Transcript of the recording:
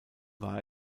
war